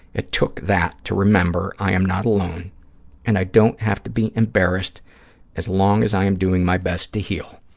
it took that to remember i am not alone and i don't have to be embarrassed as long as i am doing my best to heal.